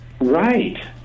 Right